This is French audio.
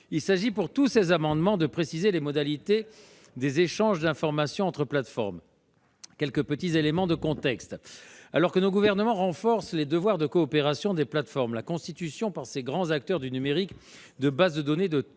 la chance ! Tous ces amendements visent à préciser les modalités des échanges d'informations entre plateformes. Permettez-moi de rappeler quelques éléments de contexte. Alors que nos gouvernements renforcent les devoirs de coopération des plateformes, la constitution par les grands acteurs du numérique de base de données de